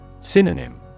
SYNONYM